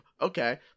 Okay